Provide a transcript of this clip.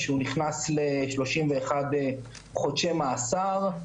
הוא נכנס ל-31 חודשי מאסר,